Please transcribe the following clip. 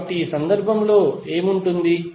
కాబట్టి ఈ సందర్భంలో ఏం ఉంటుంది